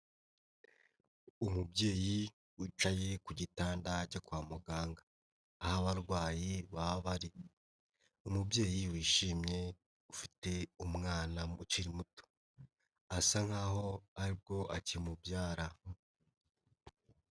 Umubyeyi wicaye ku gitanda cyo kwa muganga, aho abarwayi baba bari, umubyeyi wishimye, ufite umwana ukiri muto, asa nk'aho ari bwo akimubyara.